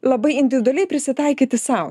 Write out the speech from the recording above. labai individualiai prisitaikyti sau